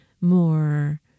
more